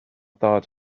thought